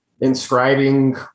inscribing